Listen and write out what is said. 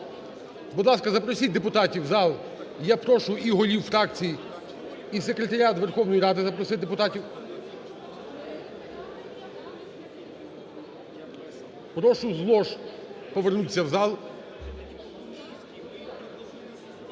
Будь ласка, запросіть депутатів у зал. Я прошу і голів фракцій і секретаріат Верховної Ради запросити депутатів. Прошу з лож повернутися в зал.